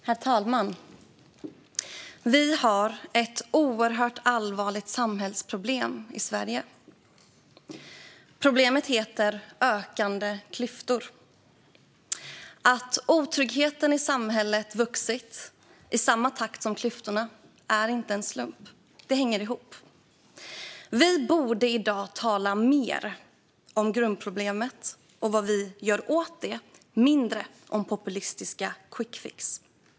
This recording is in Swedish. Herr talman! Vi har ett oerhört allvarligt samhällsproblem i Sverige, nämligen ökande klyftor. Att otryggheten i samhället har ökat i samma takt som klyftorna är inte en slump; det hänger ihop. Vi borde i dag tala mer om grundproblemet och vad vi gör åt det och mindre om populistiska quickfixar.